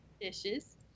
dishes